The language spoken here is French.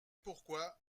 pourquoi